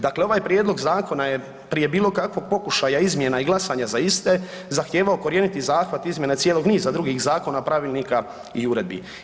Dakle, ovaj prijedlog zakona je prije bilo kakvog pokušaja izmjena i glasanja za iste zahtijevao ukorijeniti zahvat izmjena cijelog niza drugih zakona, pravilnika i uredbi.